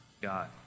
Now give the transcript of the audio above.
God